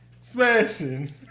smashing